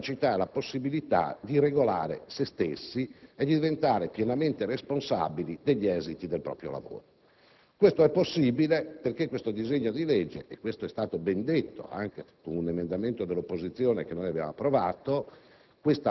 la capacità e la possibilità di regolare se stessi e diventare pienamente responsabili degli esiti del proprio lavoro. Ciò si rende possibile in quanto nel presente disegno di legge - è stato ben detto anche in un emendamento dell'opposizione che è stato approvato